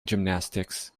gymnastics